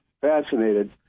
fascinated